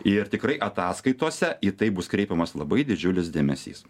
ir tikrai ataskaitose į tai bus kreipiamas labai didžiulis dėmesys